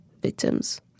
victims